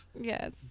Yes